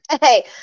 Hey